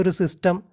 system